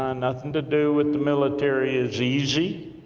ah nothing to do with the military is easy.